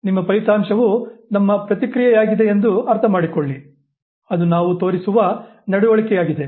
ನಿಮ್ಮ ಫಲಿತಾಂಶವು ನಮ್ಮ ಪ್ರತಿಕ್ರಿಯೆಯಾಗಿದೆ ಎಂದು ಅರ್ಥಮಾಡಿಕೊಳ್ಳಿ ಅದು ನಾವು ತೋರಿಸುವ ನಡವಳಿಕೆಯಾಗಿದೆ